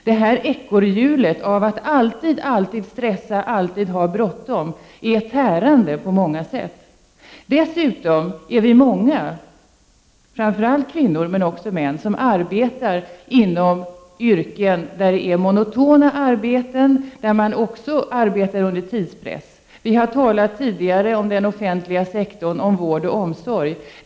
Detta ekorrhjul av att alltid, alltid stressa, alltid ha bråttom, är tärande på många sätt. Dessutom är vi många — framför allt kvinnor, men också män — som arbetar inom yrken med monotont arbete, med tidspress. Vi har tidigare diskuterat den offentliga sektorn, vården och omsorgen.